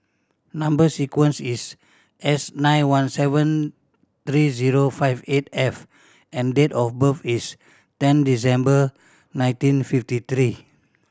number sequence is S nine one seven three zero five eight F and date of birth is ten December nineteen fifty three